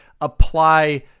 apply